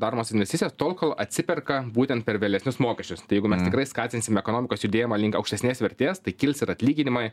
daromos investicijas tol kol atsiperka būtent per vėlesnius mokesčius jeigu mes tikrai skatinsim ekonomikos judėjimą link aukštesnės vertės tai kils ir atlyginimai